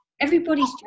everybody's